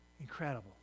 Incredible